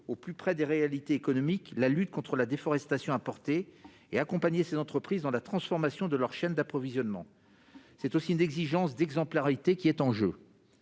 au plus près des réalités économiques, la lutte contre la déforestation importée et accompagner les entreprises dans la transformation de leurs chaînes d'approvisionnement. C'est aussi une exigence d'exemplarité qui est en jeu.